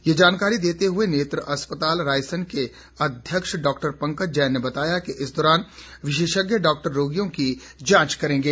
ये जानकारी देते हुए नेत्र अस्पताल रायसन के अध्यक्ष डॉक्टर पंकज जैन ने बताया कि इस दौरान विशेषज्ञ डॉक्टर रोगियों की जांच करेंगे